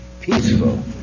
peaceful